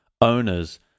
owners